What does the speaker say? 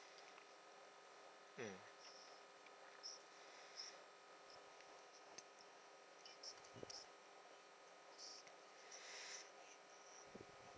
mm